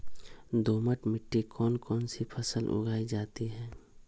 दोमट मिट्टी कौन कौन सी फसलें उगाई जाती है?